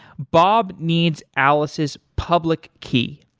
bob needs alice's public key.